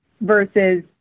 versus